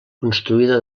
construïda